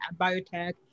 biotech